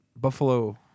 buffalo